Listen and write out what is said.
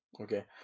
okay